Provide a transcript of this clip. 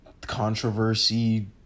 controversy